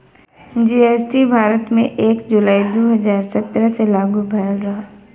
GST Bharat में एक जुलाई दू हजार सत्रह से लागू भयल रहल